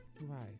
Right